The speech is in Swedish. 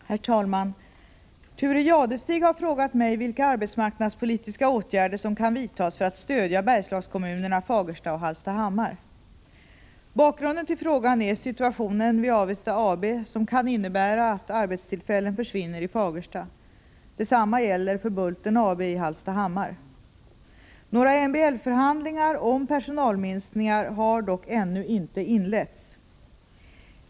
Herr talman! Thure Jadestig har frågat mig vilka arbetsmarknadspolitiska åtgärder som kan vidtas för att stödja Bergslagskommunerna Fagersta och Hallstahammar. Bakgrunden till frågan är situationen vid Avesta AB som kan innebära att arbetstillfällen försvinner i Fagersta. Detsamma gäller för Bulten AB i Hallstahammar. Några MBL-förhandlingar om personalminskningar har dock ännu inte inletts.